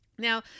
Now